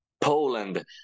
Poland